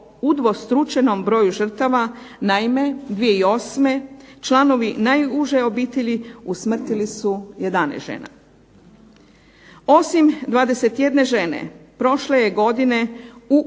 o udvostručenom broju žrtava naime, 2008. članovi najuže obitelji usmrtili su 11 žena. Osim 21 žene prošle godine u